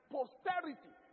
Posterity